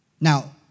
Now